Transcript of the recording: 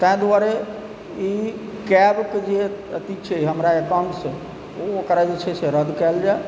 ताहि दुआरे ई कैबके जे अथी छै हमरा अकाउन्ट छै ओ ओकरा जे छै से रद्द कएल जाइ